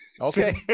Okay